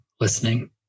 listening